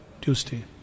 tuesday